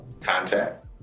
contact